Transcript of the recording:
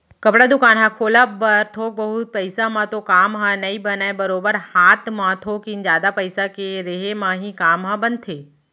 कपड़ा दुकान ह खोलब बर थोक बहुत पइसा म तो काम ह नइ बनय बरोबर हात म थोकिन जादा पइसा के रेहे म ही काम ह बनथे